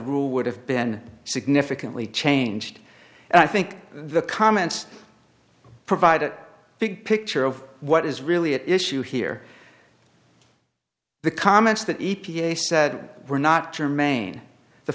rule would have been significantly changed and i think the comments provide a big picture of what is really at issue here the comments that e p a said were not germane the